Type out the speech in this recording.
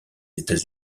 états